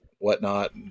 whatnot